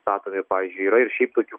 statomi pavyzdžiui yra ir šiaip tokių